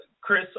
Chris